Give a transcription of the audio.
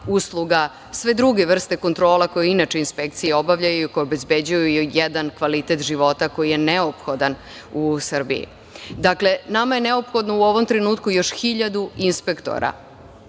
usluga svih drugih vrsta kontrola koje inače inspekcije obavljaju i koje obezbeđuju jedan kvalitet života koji je neophodan u Srbiji. Dakle, nama je neophodno u ovom trenutku još hiljadu inspektora